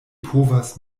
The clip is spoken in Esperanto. povas